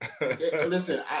Listen